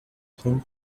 thing